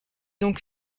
donc